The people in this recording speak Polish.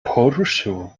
poruszyło